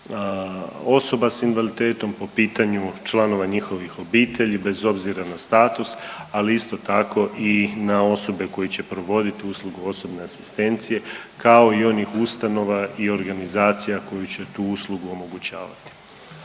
osoba s invaliditetom, po pitanju članova njihovih obitelji bez obzira na status, ali isto tako i na osobe koji će provoditi uslugu osobne asistencije kao i onih ustanova i organizacija koji će tu uslugu omogućavati.